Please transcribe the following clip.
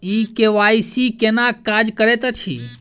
ई KYC केना काज करैत अछि?